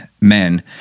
men